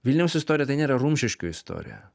vilniaus istorija tai nėra rumšiškių istorija